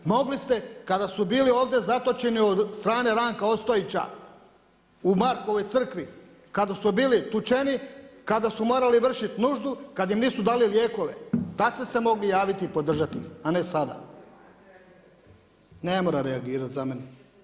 Mogli ste kada su bili ovdje zatočeni od strane Ranka Ostojića u Markovoj crkvi, kada su bili tučeni, kada su morali vršiti nuždu, kad im nisu dali lijekove, tada ste se mogli javiti i podržati, a ne sada. … [[Upadica se ne čuje.]] Ne mora reagirati za mene.